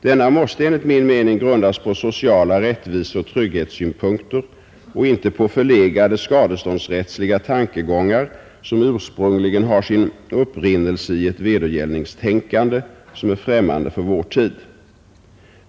Denna måste enligt min mening sonskador på grund grundas på sociala rättviseoch trygghetssynpunkter och inte på «Av brott förlegade skadeståndsrättsliga tankegångar, som ursprungligen har sin upprinnelse i ett vedergällningstänkande som är främmande för vår tid.